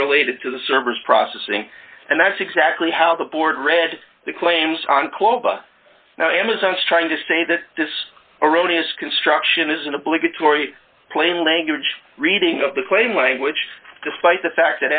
unrelated to the service processing and that's exactly how the board read the claims on clothes now amazon's trying to say that this erroneous construction is an obligatory plain language reading of the claim language despite the fact